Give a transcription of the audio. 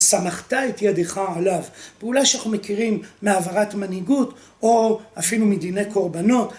סמכתה את ידיך עליו. פעולה שאנחנו מכירים מהעברת מנהיגות או אפילו מדיני קורבנות.